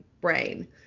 brain